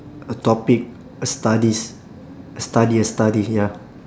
a topic a studies a study a study ya